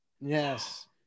yes